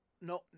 no